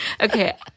Okay